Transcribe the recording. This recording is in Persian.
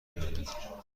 آید